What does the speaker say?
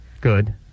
Good